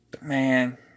man